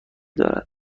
دارد